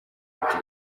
ati